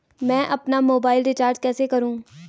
मैं अपना mobile recharge कैसे करूँ?